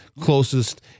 closest